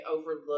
overlook